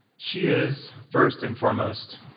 she is, first and foremost,